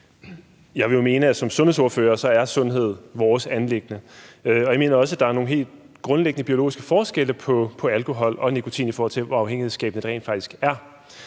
Jeg vil jo mene, at som sundhedsordførere er sundhed vores anliggende, og jeg mener også, at der er nogle helt grundlæggende biologiske forskelle på alkohol og nikotin, i forhold til hvor afhængighedsskabende det rent faktisk er.